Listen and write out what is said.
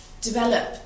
develop